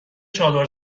چادر